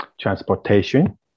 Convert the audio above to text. transportation